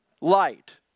light